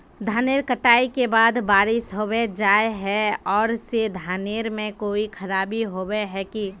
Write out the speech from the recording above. धानेर कटाई के बाद बारिश होबे जाए है ओ से धानेर में कोई खराबी होबे है की?